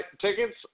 tickets